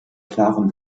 klarem